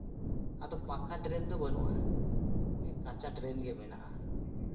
ᱟᱫᱚ ᱯᱟᱠᱟ ᱰᱨᱮᱱ ᱫᱚ ᱵᱟᱹᱱᱩᱜᱼᱟ ᱠᱟᱸᱪᱟ ᱰᱨᱮᱱ ᱜᱮ ᱢᱮᱱᱟᱜᱼᱟ